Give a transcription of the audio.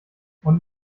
und